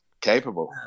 capable